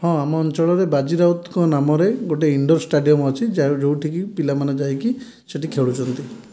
ହଁ ଆମ ଅଞ୍ଚଳରେ ବାଜି ରାଉତଙ୍କ ନାମରେ ଗୋଟିଏ ଇନଣ୍ଡୋର ଷ୍ଟାଡିୟମ ଅଛି ଯେଉଁଠିକି ପିଲାମାନେ ଯାଇକି ସେହିଠି ଖେଳୁଛନ୍ତି